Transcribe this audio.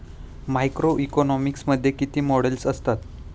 Macroeconomics मध्ये किती models असतात?